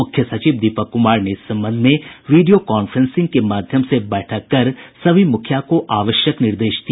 मुख्य सचिव दीपक कुमार ने इस संबंध में वीडियो कांफ्रेंसिंग के माध्यम से बैठक कर सभी मुखिया को आवश्यक निर्देश दिया